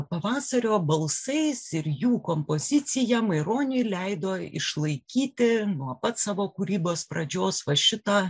pavasario balsai ir jų kompozicija maironiui leido išlaikyti nuo pat savo kūrybos pradžios va šitą